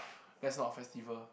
that's not a festival